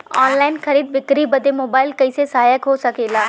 Online खरीद बिक्री बदे मोबाइल कइसे सहायक हो सकेला?